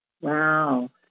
Wow